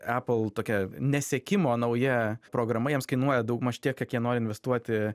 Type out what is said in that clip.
epal tokia nesiekimo nauja programa jiems kainuoja daugmaž tiek kiek jie nori investuoti